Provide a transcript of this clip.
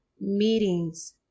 Meetings